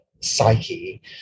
psyche